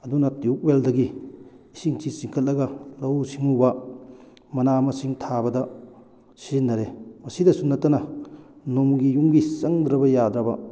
ꯑꯗꯨꯅ ꯇ꯭ꯌꯨꯕ ꯋꯦꯜꯗꯒꯤ ꯏꯁꯤꯡꯁꯤ ꯆꯤꯡꯈꯠꯂꯒ ꯂꯧꯎ ꯁꯤꯡꯎꯕ ꯃꯅꯥ ꯃꯁꯤꯡ ꯊꯥꯕꯗ ꯁꯤꯖꯤꯟꯅꯔꯦ ꯃꯁꯤꯗꯁꯨ ꯅꯠꯇꯅ ꯅꯣꯡꯃꯒꯤ ꯌꯨꯝꯒꯤ ꯆꯪꯗ꯭ꯔꯕ ꯌꯥꯗ꯭ꯔꯕ